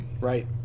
Right